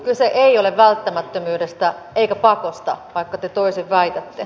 kyse ei ole välttämättömyydestä eikä pakosta vaikka te toisin väitätte